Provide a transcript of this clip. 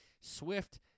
Swift